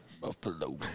Buffalo